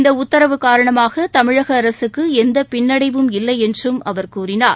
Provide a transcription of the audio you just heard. இந்த உத்தரவு காரணமாக தமிழக அரசுக்கு எந்த பின்னடைவும் இல்லை என்றும் அவர் கூறினார்